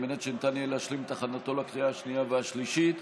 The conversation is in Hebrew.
על מנת שניתן יהיה להשלים את הכנתו לקריאה השנייה והשלישית.